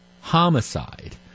homicide